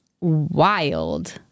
wild